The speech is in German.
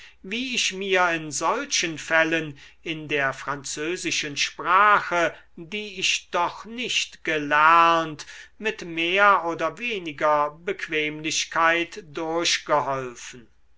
wie ich mir in solchen fällen in der französischen sprache die ich doch nicht gelernt mit mehr oder weniger bequemlichkeit durchgeholfen